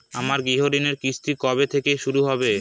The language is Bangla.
আমার গৃহঋণের কিস্তি কবে থেকে শুরু হবে?